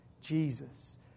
Jesus